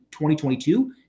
2022